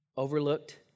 Overlooked